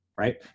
right